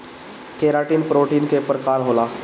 keratin protein के प्रकार होला